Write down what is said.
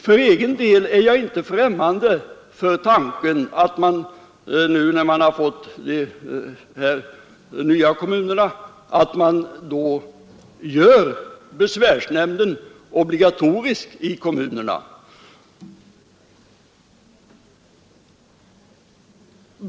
För egen del är jag inte främmande för tanken att man nu, när man har fått de här nya kommunerna, gör besvärsnämnden obligatorisk i kommunerna.